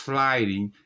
Sliding